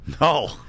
No